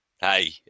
Hey